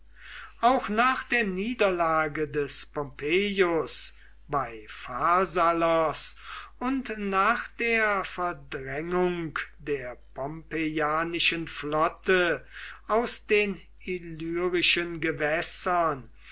auch nach der niederlage des pompeius bei pharsalos und nach der verdrängung der pompeianischen flotte aus den illyrischen gewässern